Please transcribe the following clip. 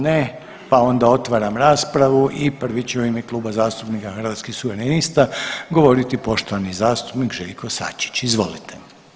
Ne, pa onda otvaram raspravu i prvi će u ime Kluba zastupnika Hrvatskih suverenista govoriti poštovani zastupnik Željko Sačić, izvolite.